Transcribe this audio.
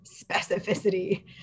specificity